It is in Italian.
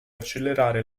accelerare